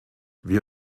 wir